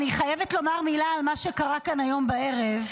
אני חייבת לומר מילה על מה שקרה כאן היום בערב.